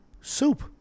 soup